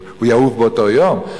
הוא יעוף באותו יום,